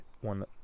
one